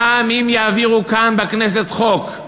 גם אם יעבירו כאן, בכנסת, חוק,